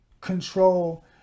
control